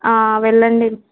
వెళ్ళండి